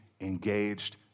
engaged